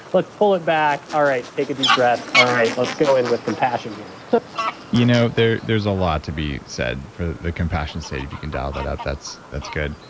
let's pull it back. all right. take a deep breath. all right, let's go in with compassion here. but you know there's a lot to be said for the compassion state, if you can dial that out, that's that's good.